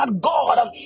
god